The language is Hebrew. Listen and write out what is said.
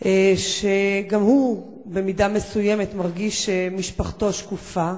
שגם הוא במידה מסוימת מרגיש שמשפחתו שקופה,